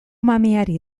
mamiari